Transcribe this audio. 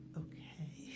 okay